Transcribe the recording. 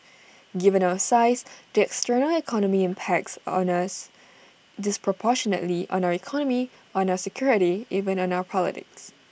given our size the external environment impacts on us disproportionately on our economy on our security even on our politics